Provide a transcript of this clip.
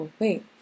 wait